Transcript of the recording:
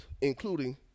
including